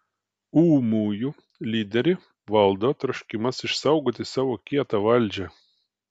ūmųjų lyderį valdo troškimas išsaugoti savo kietą valdžią